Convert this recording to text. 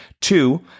Two